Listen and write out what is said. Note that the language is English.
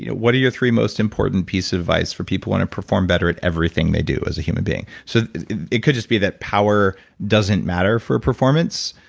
you know what are your three most important piece of advice for people who want to perform better at everything they do as a human being? so it could just be that power doesn't matter for performance,